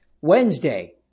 Wednesday